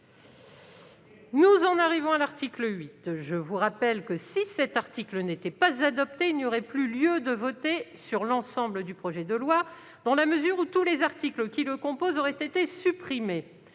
Mes chers collègues, je vous rappelle que, si cet article n'était pas adopté, il n'y aurait plus lieu de voter sur l'ensemble du projet de loi, dans la mesure où tous les articles qui le composent auraient été rejetés.